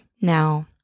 Now